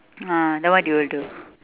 ah then what you will do